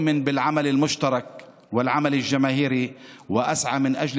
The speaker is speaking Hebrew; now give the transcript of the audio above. אני מאמין בעבודה משותפת וקהילתית ופועל לשילובה עם העבודה